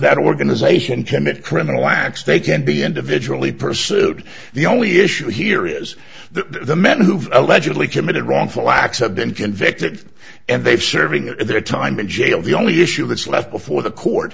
that organization commit criminal acts they can be individually pursued the only issue here is that the men who've allegedly committed wrongful acts have been convicted and they've serving their time in jail the only issue that's left before the court